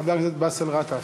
חבר הכנסת באסל גטאס.